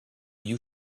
you